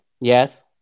Yes